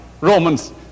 Romans